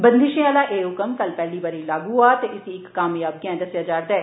बंदिशें आह्ला एह् हुक्म कल्ल पैह्ली बारी लागू होआ ते इसी इक कामयाब गैंह् दस्सेआ जा'रदा ऐ